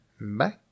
Bye